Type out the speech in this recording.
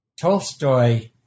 Tolstoy